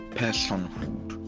personhood